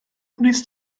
wnest